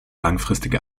langfristige